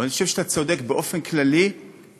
אבל אני חושב שאתה צודק: באופן כללי יש